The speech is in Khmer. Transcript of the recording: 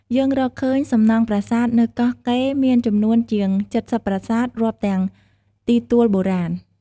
យើងរកឃើញសំណង់ប្រាសាទនៅកោះកេរមានចំនួនជាង ៧០ ប្រាសាទ រាប់ទាំងទីទួលបុរាណ។